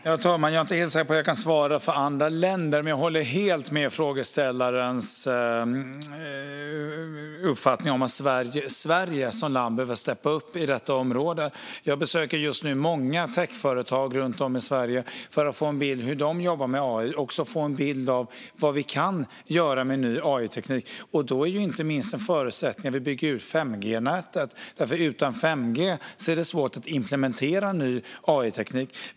Herr talman! Jag är inte säker på att jag kan svara för andra länder, men jag håller helt med frågeställaren om att Sverige som land behöver steppa upp på detta område. Jag besöker många techföretag runt om i Sverige för att få en bild av hur de jobbar med AI och vad vi kan göra med ny AI-teknik. En förutsättning är att vi bygger ut 5G-nätet, för utan 5G är det svårt att implementera ny AI-teknik.